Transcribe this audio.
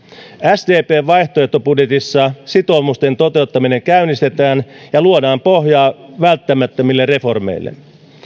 sdpn vaihtoehtobudjetissa sitoumusten toteuttaminen käynnistetään ja luodaan pohjaa välttämättömille reformeille